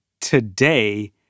today